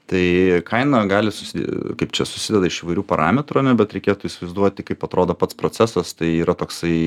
tai kaina gali susi kaip čia susideda iš įvairių parametrų ar ne bet reikėtų įsivaizduoti kaip atrodo pats procesas tai yra toksai